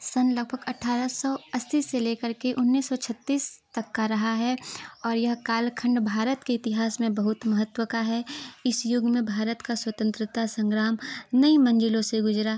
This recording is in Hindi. सन लगभग अट्ठारह सौ अस्सी से लेकर के उन्नीस सौ छत्तीस तक का रहा है और यह कालखण्ड भारत के इतिहास में बहुत महत्व का है इस युग में भारत का स्वतंत्रता संग्राम नई मंजिलों से गुजरा